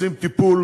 רוצים טיפול